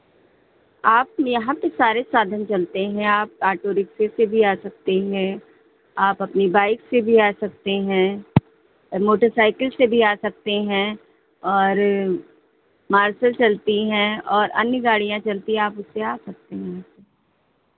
आप यहाँ पे सारे साधन चलते हैं आप ऑटो रिक्शे से भी आ सकते हैं आप अपनी बाइक से भी आ सकते हैं मोटरसाइकिल से भी आ सकते हैं और मार्शल चलती है और अन्य गाड़ियां चलती हैं आप उनसे आ सकती हैं